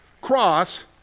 cross